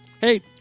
Hey